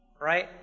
right